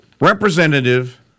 Representative